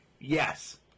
yes